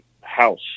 house